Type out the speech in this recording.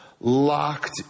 locked